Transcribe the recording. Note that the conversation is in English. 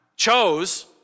chose